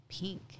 pink